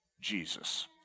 Jesus